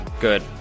good